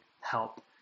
help